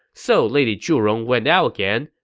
so lady zhurong went out again.